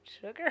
Sugar